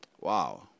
Wow